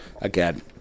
Again